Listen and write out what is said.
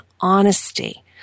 honesty